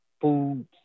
foods